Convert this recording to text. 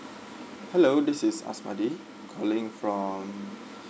hello this is asmadi calling from